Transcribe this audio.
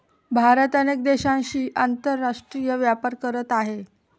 भारत अनेक देशांशी आंतरराष्ट्रीय व्यापार करत आहे